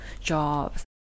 jobs